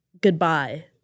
goodbye